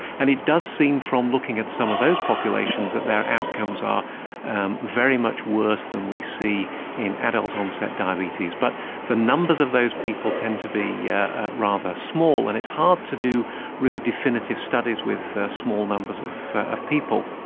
and it does seem from looking at some of those populations that their outcomes are um very much worse than we see in adult onset diabetes. but the numbers of those people tend to be yeah rather small, and it's hard to do really definitive studies with small numbers of of people.